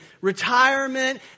retirement